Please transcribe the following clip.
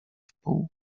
wpół